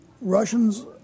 Russians